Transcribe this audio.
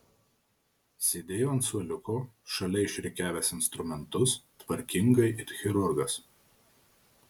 sėdėjo ant suoliuko šalia išrikiavęs instrumentus tvarkingai it chirurgas